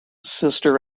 sister